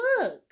look